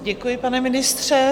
Děkuji, pane ministře.